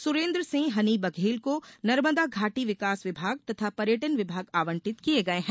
सुरेन्द्र सिंह हनी बघेल को नर्मदा घाटी विकास विभाग तथा पर्यटन विभाग आवंटित किये गये है